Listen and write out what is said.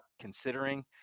Considering